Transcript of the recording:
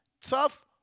Tough